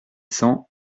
cent